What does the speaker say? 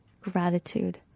gratitude